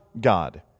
God